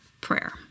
prayer